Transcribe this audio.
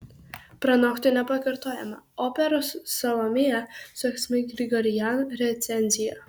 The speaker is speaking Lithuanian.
pranokti nepakartojamą operos salomėja su asmik grigorian recenzija